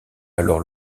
alors